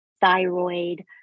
thyroid